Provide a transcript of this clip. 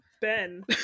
ben